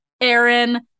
Aaron